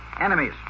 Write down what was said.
Enemies